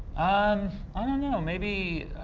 um i don't know maybe